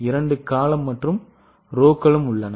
இரண்டு நெடுவரிசை மற்றும் வரிசைகள் உள்ளன